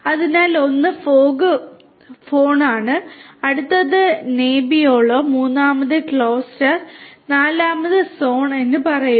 അതിനാൽ ഒന്ന് fog horn ആണ് അടുത്തത് നെബിയോളോ മൂന്നാമത് ക്രോസ്സർ നാലാമത്തേത് സോൺ എന്ന് പറയുക